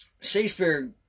Shakespeare